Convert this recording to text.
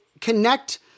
connect